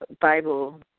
Bible